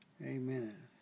Amen